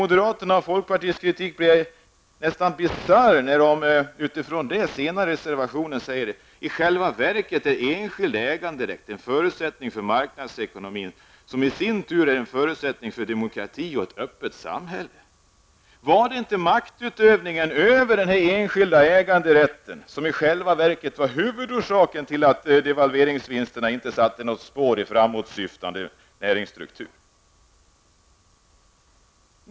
Moderaternas och folkpartiets kritik blir nästan bisarr när de senare i sin reservation skriver: ''I själva verket är enskild äganderätt en förutsättning för marknadsekonomin som i sin tur är en förutsättning för demokrati och ett öppet samhälle.'' Var det inte maktutövningen över den enskilda äganderätten som i själva verket var huvudorsaken till att devalveringsvinsterna inte avsatte spår i en framåtsyftande näringsstruktur?